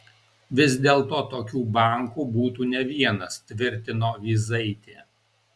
vis dėlto tokių bankų būtų ne vienas tvirtino vyzaitė